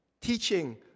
teaching